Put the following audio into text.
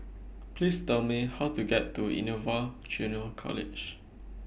Please Tell Me How to get to Innova Junior College